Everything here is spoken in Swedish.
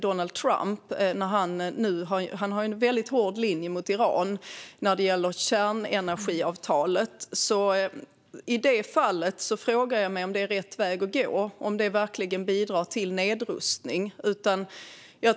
Donald Trump har nu en väldigt hård linje mot Iran när det gäller kärnenergiavtalet. I det fallet frågar jag mig om det är rätt väg att gå, om det verkligen bidrar till nedrustning.